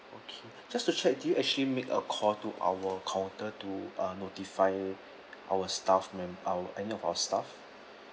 okay just to check do you actually make a call to our counter to uh notify our staff manpower any of our staff